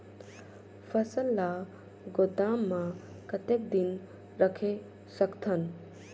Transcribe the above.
फसल ला गोदाम मां कतेक दिन रखे सकथन?